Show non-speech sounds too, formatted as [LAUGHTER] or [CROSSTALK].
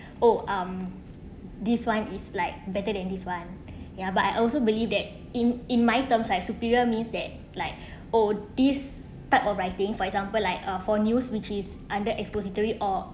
oh um this one is like better than this one [BREATH] ya but I also believe that in in my terms like superior means that like [BREATH] oh this type of writing for example like uh for news which is under expository or